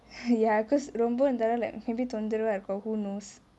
ya because ரொம்ப இருந்தா:romba irunthaa like maybe தொந்தரவா இருக்கு:thontharavaa iruku who knows